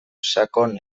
sakon